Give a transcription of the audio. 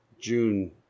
June